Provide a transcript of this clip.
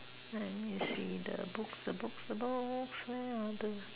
I need see the books the books the books where are the